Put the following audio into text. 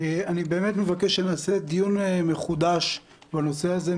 אני באמת מבקש שנעשה דיון מחודש בנושא הזה.